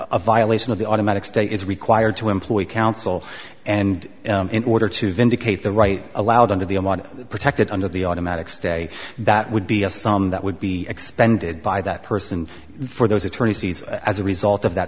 a violation of the automatic stay is required to employ counsel and in order to vindicate the right allowed under the protected under the automatic stay that would be a sum that would be expended by that person for those attorneys fees as a result of that